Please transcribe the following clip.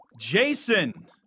Jason